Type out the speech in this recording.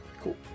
Cool